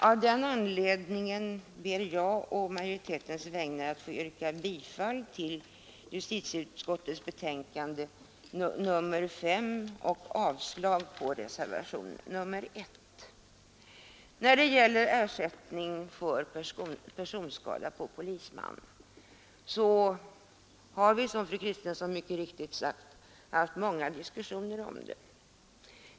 Av den anledningen ber jag att å majoritetens vägnar få yrka bifall till justitieutskottets betänkande och avslag på reservationen 1. Som fru Kristensson mycket riktigt sagt har vi haft många diskussioner om ersättning för personskada på polisman.